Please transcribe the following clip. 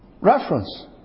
reference